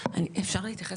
אפשר להתייחס?